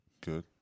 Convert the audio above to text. good